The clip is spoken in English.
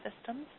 systems